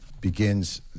begins